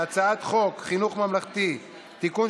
שהצעת חוק חינוך ממלכתי (תיקון,